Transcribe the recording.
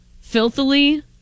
filthily